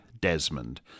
Desmond